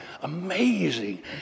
amazing